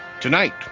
Tonight